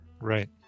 right